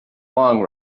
long